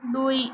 ଦୁଇ